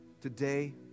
Today